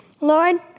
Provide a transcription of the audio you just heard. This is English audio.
Lord